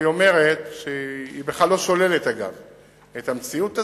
היא בכלל לא שוללת אגב את המציאות הזאת,